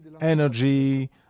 energy